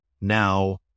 Now